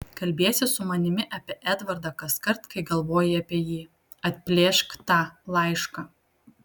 kalbiesi su manimi apie edvardą kaskart kai galvoji apie jį atplėšk tą laišką